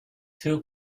two